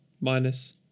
Minus